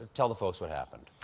tell the folks what happened.